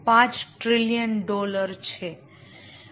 5 trillion dollar છે